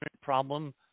problem